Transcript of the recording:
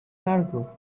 cargo